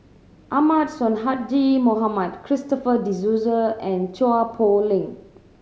Ahmad Sonhadji Mohamad Christopher De Souza and Chua Poh Leng